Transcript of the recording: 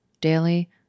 daily